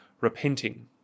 repenting